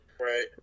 right